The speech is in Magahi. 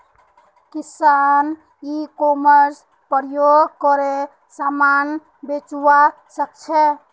किसान ई कॉमर्स प्रयोग करे समान बेचवा सकछे